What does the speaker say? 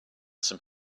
some